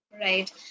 right